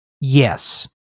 Yes